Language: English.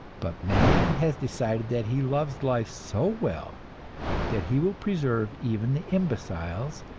but man has decided that he loves life so well that he will preserve even the imbeciles,